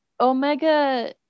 Omega